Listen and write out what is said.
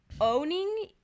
owning